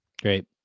Great